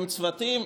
עם צוותים,